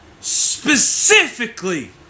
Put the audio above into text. specifically